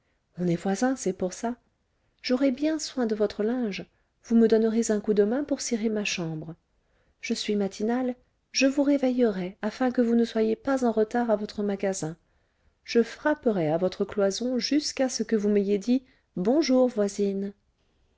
on est voisin c'est pour ça j'aurai bien soin de votre linge vous me donnerez un coup de main pour cirer ma chambre je suis matinale je vous réveillerai afin que vous ne soyez pas en retard à votre magasin je frapperai à votre cloison jusqu'à ce que vous m'ayez dit bonjour voisine